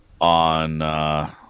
on